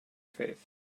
faith